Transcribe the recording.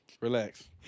Relax